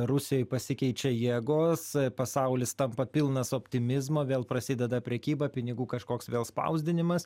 rusijoj pasikeičia jėgos pasaulis tampa pilnas optimizmo vėl prasideda prekyba pinigų kažkoks vėl spausdinimas